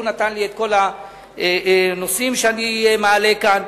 הוא נתן לי את כל הנושאים שאני מעלה כאן.